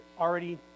already